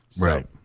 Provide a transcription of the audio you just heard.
Right